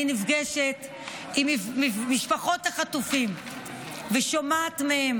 אני נפגשת עם משפחות החטופים ושומעת מהם